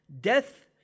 death